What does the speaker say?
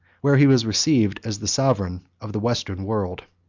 where he was received as the sovereign of the western world.